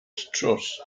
trust